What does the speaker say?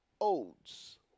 Odes